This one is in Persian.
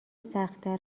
سختتر